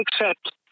accept